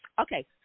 Okay